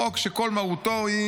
חוק שכל מהותו היא